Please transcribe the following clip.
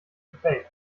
play